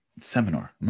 seminar